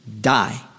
die